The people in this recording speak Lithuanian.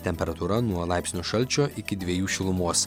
temperatūra nuo laipsnio šalčio iki dviejų šilumos